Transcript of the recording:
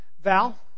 Val